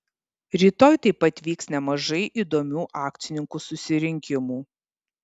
rytoj taip pat vyks nemažai įdomių akcininkų susirinkimų